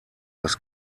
das